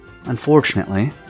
Unfortunately